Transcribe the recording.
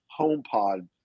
HomePod